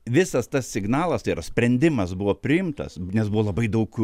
visas tas signalas tai yra sprendimas buvo priimtas nes buvo labai daug